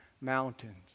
mountains